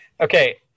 Okay